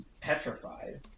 petrified